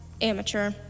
amateur